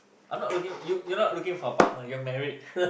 I'm not looking you you're not looking for partner you're married